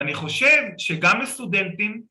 ‫אני חושב שגם לסטודנטים...